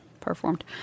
performed